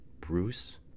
Bruce